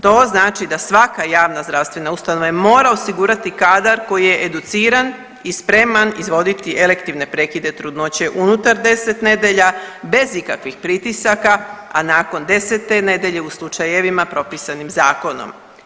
To znači da svaka javna zdravstvena ustanova mora osigurati kadar koji je educiran i spreman izvoditi elektivne prekide trudnoće unutar 10 nedjelja bez ikakvih pritisaka, a nakon desete nedelje u slučajevima propisanim zakonom.